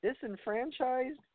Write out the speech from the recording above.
disenfranchised